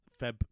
Feb